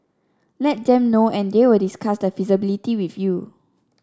let them know and they will discuss the feasibility with you